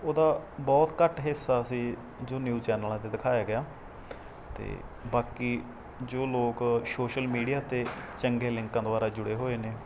ਉਹਦਾ ਬਹੁਤ ਘੱਟ ਹਿੱਸਾ ਸੀ ਜੋ ਨਿਊਜ਼ ਚੈਨਲਾਂ 'ਤੇ ਦਿਖਾਇਆ ਗਿਆ ਅਤੇ ਬਾਕੀ ਜੋ ਲੋਕ ਸ਼ੋਸ਼ਲ ਮੀਡੀਆ 'ਤੇ ਚੰਗੇ ਲਿੰਕਾਂ ਦੁਆਰਾ ਜੁੜੇ ਹੋਏ ਨੇ